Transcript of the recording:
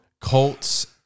Colts